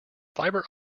fibre